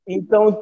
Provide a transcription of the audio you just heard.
Então